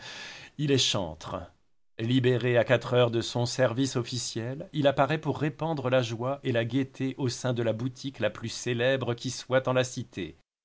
il est chantre libéré à quatre heures de son service officiel il apparaît pour répandre la joie et la gaieté au sein de la boutique la plus célèbre qui soit en la cité